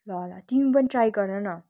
ल ल तिमी पनि ट्राई गर न